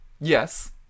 Yes